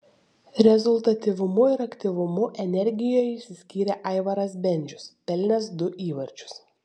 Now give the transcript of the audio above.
rezultatyvumu ir aktyvumu energijoje išsiskyrė aivaras bendžius pelnęs du įvarčius